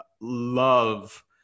love